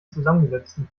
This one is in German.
zusammengesetzten